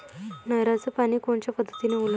नयराचं पानी कोनच्या पद्धतीनं ओलाव?